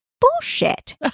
bullshit